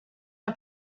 der